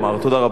תודה רבה.